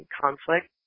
conflict